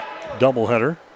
doubleheader